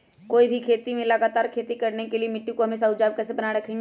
कोई भी खेत में लगातार खेती करने के लिए मिट्टी को हमेसा उपजाऊ कैसे बनाय रखेंगे?